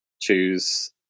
choose